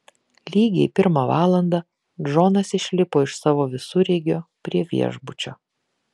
lygiai pirmą valandą džonas išlipo iš savo visureigio prie viešbučio